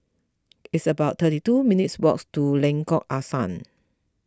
it's about thirty two minutes' walks to Lengkok Angsa